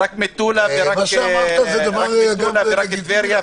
מה שאמרת זה דבר ידוע ולגיטימי.